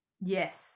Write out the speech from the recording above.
Yes